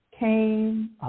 came